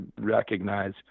recognize